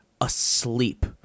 asleep